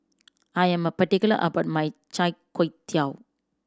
I am a particular about my chai tow kway